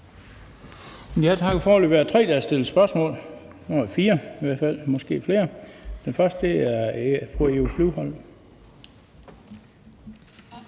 Tak.